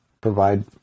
provide